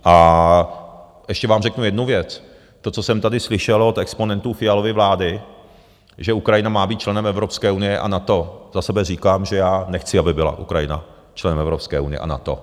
A ještě vám řeknu jednu věc, to, co jsem tady slyšel od exponentů Fialovy vlády, že Ukrajina má být členem Evropské unie a NATO, za sebe říkám, že já nechci, aby byla Ukrajina člen Evropské unie a NATO.